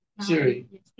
Siri